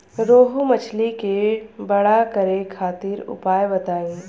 रोहु मछली के बड़ा करे खातिर उपाय बताईं?